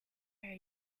where